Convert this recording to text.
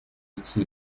iki